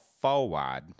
forward